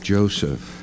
Joseph